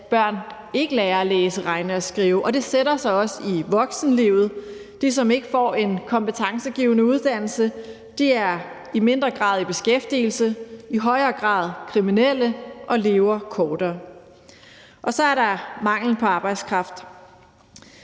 børn ikke lærer at læse, regne og skrive, og det sætter sig også i voksenlivet. De, som ikke får en kompetencegivende uddannelse, er i mindre grad i beskæftigelse, i højere grad kriminelle og lever kortere tid. Så er der manglen på arbejdskraft.